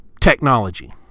technology